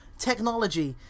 technology